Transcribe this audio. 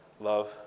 love